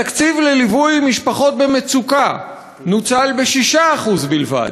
התקציב לליווי משפחות במצוקה נוצל ב-6% בלבד.